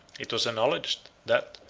it was acknowledged, that,